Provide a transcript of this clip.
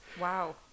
Wow